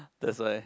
that's why